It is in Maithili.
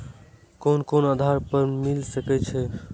लोन कोन आधार पर मिल सके छे?